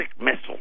missile